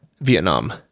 Vietnam